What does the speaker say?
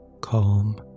Calm